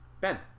Ben